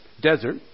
desert